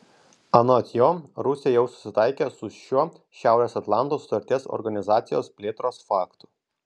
anot jo rusija jau susitaikė su šiuo šiaurės atlanto sutarties organizacijos plėtros faktu